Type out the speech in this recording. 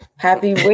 Happy